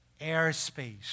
airspace